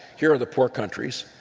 here are the poor countries.